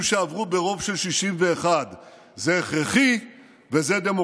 שעברו ברוב של 61. זה הכרחי ודמוקרטי".